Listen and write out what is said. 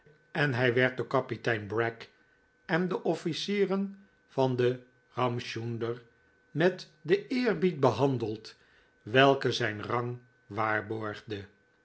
en hij werd door kapitein bragg en de officieren van den ramchunder met den eerbied behandeld welke zijn rang waarborgde